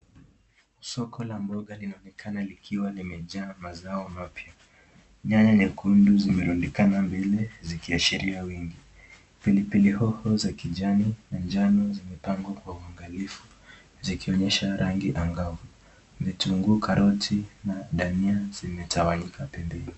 Soko la mboga linaonekana likiwa limejaa mazao mapya, nyanya nyekundu zimerundikana mingi zikiashiria wingi. Pilipili hoho za kijani na njano zimepangwa kwa uangalifu zikionyesha rangi angavu, vitunguu karoti na dania zimetawanyika pembeni.